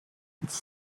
its